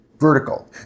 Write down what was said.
Vertical